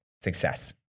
success